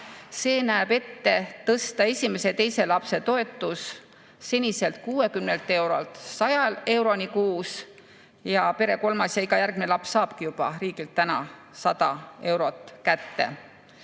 See näeb ette tõsta esimese ja teise lapse toetus seniselt 60 eurolt 100 euroni kuus. Pere kolmas ja iga järgmine laps saabki juba riigilt 100 eurot kätte.